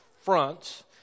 fronts